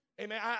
Amen